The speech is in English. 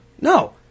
No